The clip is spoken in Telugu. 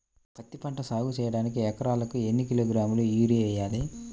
పత్తిపంట సాగు చేయడానికి ఎకరాలకు ఎన్ని కిలోగ్రాముల యూరియా వేయాలి?